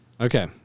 Okay